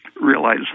Realize